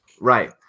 Right